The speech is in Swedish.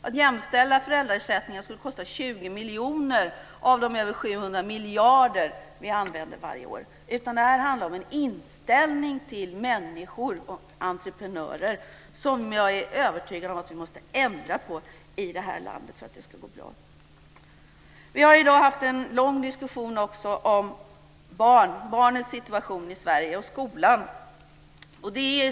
Att jämställa föräldraersättningen skulle kosta 20 miljoner av de över 700 miljarder som vi använder varje år, utan det handlar om en inställning till människor och entreprenörer som jag är övertygad om att vi måste ändra på för att det ska gå bra i vårt land. Vi har i dag också haft en lång diskussion om barnets situation i Sverige och om skolan.